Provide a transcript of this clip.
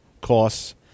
costs